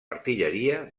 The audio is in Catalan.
artilleria